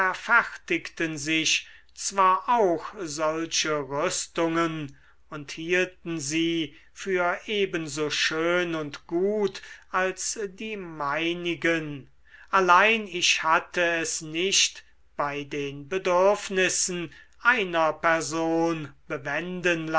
verfertigten sich zwar auch solche rüstungen und hielten sie für ebenso schön und gut als die meinigen allein ich hatte es nicht bei den bedürfnissen einer person